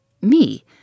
Me